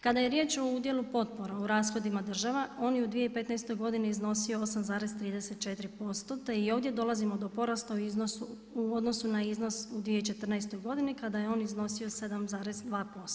Kada je riječ u udjelu potpora u rashodima država on je u 2015. godini iznosio 8,34%, te i ovdje dolazimo do porasta u odnosu na iznos u 2014. godini kada je on iznosio 7,2%